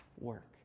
work